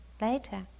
later